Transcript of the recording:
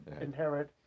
inherit